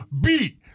beat